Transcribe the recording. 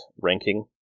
ranking